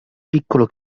piccolo